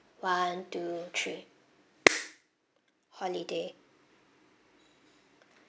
one two three holiday